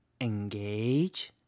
engage